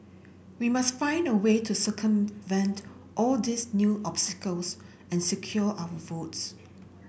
we must find a way to circumvent all these new obstacles and secure our votes